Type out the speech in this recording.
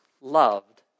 loved